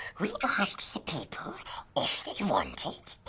we asks the people if they want it.